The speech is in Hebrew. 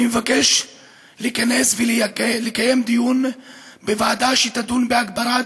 אני מבקש להיכנס ולקיים דיון בוועדה שתדון בהגברת